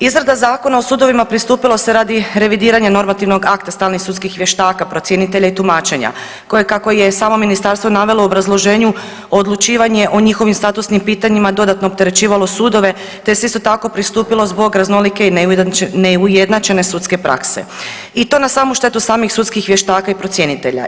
Izrada Zakona o sudovima pristupilo se radi revidiranja normativnog akta stalnih sudskih vještaka procjenitelja i tumačenja koje kako je samo ministarstvo navelo u obrazloženju odlučivanje o njihovim statusnim pitanjima dodatno opterećivalo sudove te se isto tako pristupilo zbog raznolike i neujednačene sudske prakse i to na samu štetu samih sudskih vještaka i procjenitelja.